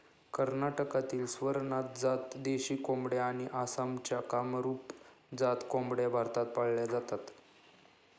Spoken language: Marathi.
कर्नाटकातील स्वरनाथ जात देशी कोंबड्या आणि आसामच्या कामरूप जात कोंबड्या भारतात पाळल्या जातात